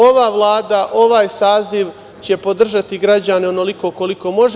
Ova vlada, ovaj saziv će podržati građane onoliko koliko može.